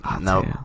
Nope